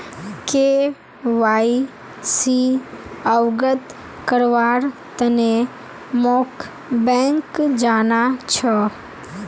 KYC अवगत करव्वार तने मोक बैंक जाना छ